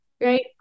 right